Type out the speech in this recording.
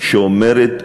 שאומרת,